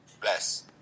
Bless